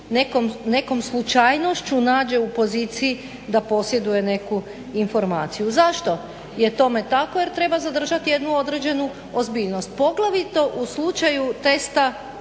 nekom slučajnošću nađe u poziciji da posjeduje neku informaciju. Zašto je tome tako, jer treba zadržati jednu određenu ozbiljnost poglavito u slučaju testa